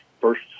first